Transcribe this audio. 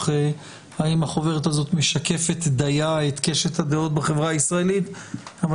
האם החוברת הזו משקפת דיה את קשת הדעות בחברה הישראלית אבל